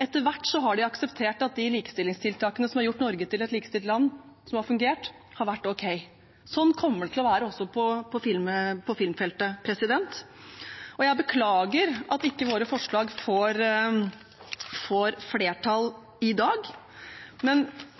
Etter hvert har de akseptert at de likestillingstiltakene som har gjort Norge til et likestilt land, og som har fungert, har vært ok. Sånn kommer det til å være også på filmfeltet. Jeg beklager at våre forslag ikke får flertall i dag. Men